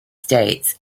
states